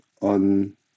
on